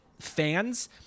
fans